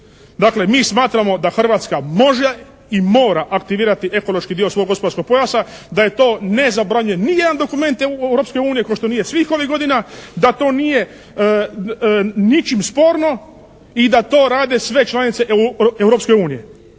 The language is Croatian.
Dakle mi smatramo da Hrvatska može i mora aktivirati ekološki dio svog gospodarskog pojasa. Da joj to ne zabranjuje ni jedan dokument Europske unije ko što nije svih ovih godina. Da to nije ničim sporno i da to rade sve članice Europske unije.